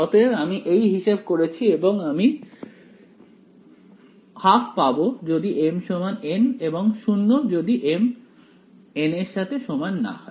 অতএব আমি এই হিসেব করেছি এবং আমি l2 পাব যদি mn এবং 0 যদি m ≠ n